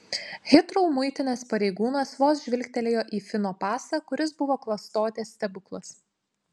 hitrou muitinės pareigūnas vos žvilgtelėjo į fino pasą kuris buvo klastotės stebuklas